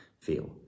feel